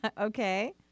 Okay